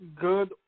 good